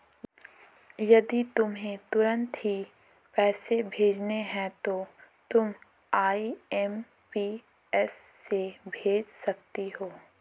यदि तुम्हें तुरंत ही पैसे भेजने हैं तो तुम आई.एम.पी.एस से भेज सकती हो